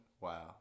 Wow